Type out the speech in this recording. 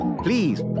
Please